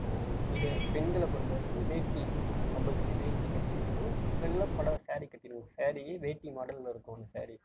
இது பெண்களை பொறுத்தவரைக்கும் வேட்டி கம்பல்சரி வேட்டி கட்டியிருக்கணும் வெள்ளை பொடவை ஸாரி கட்டியிருக்கணும் ஸாரியே வேட்டி மாடலில் இருக்கும் அந்த ஸாரி